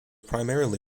primarily